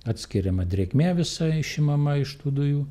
atskiriama drėgmė visa išimama iš tų dujų